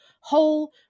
whole